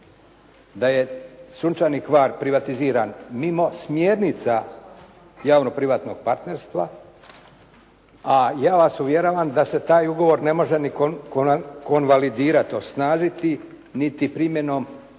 da je "Sunčani Hvar" privatiziran mimo smjernica javno-privatnog partnerstva. A ja vas uvjeravam da se taj ugovor ne može ni konvalidirati, osnažiti niti primjenom